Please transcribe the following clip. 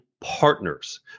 partners